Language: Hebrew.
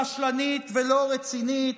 רשלנית ולא רצינית.